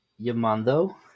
Yamando